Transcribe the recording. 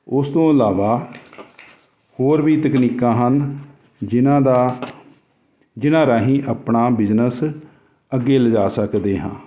ਉਸ ਤੋਂ ਇਲਾਵਾ ਹੋਰ ਵੀ ਤਕਨੀਕਾਂ ਹਨ ਜਿਹਨਾਂ ਦਾ ਜਿਹਨਾਂ ਰਾਹੀਂ ਆਪਣਾ ਬਿਜਨਸ ਅੱਗੇ ਲਿਜਾ ਸਕਦੇ ਹਾਂ